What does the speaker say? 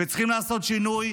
וצריכים לעשות שינוי,